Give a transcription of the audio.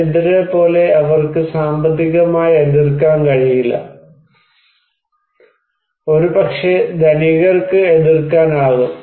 ദരിദ്രരെപ്പോലെ അവർക്ക് സാമ്പത്തികമായി എതിർക്കാൻ കഴിയില്ല ഒരുപക്ഷേ ധനികർക്ക് എതിർക്കാനാകും